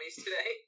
today